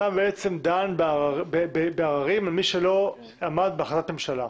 אתה בעצם דן בערערים למי שלא עמד בהחלטת הממשלה.